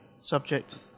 Subject